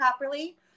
properly